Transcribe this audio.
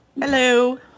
Hello